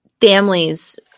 families